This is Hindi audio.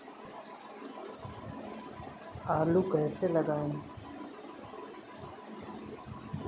आलू कैसे लगाएँ?